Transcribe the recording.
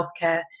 healthcare